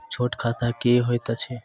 छोट खाता की होइत अछि